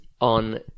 on